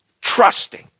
trusting